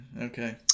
Okay